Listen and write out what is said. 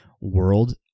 world